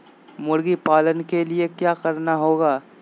मुर्गी पालन के लिए क्या करना होगा?